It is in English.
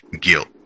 guilt